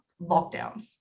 lockdowns